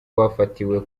bafatiwe